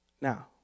Now